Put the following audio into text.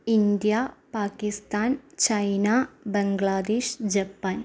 India Pakistan China Bangladesh Japan